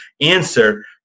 answer